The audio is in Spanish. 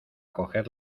coger